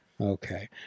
Okay